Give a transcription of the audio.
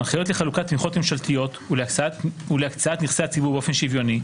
הנחיות לחלוקת תמיכות ממשלתיות ולהקצאת נכסי הציבור באופן שוויוני,